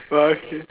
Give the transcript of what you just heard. but okay